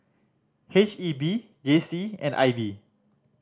H E B J C and I B